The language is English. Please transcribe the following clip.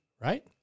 right